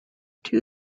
two